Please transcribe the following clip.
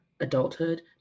adulthood